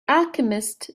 alchemist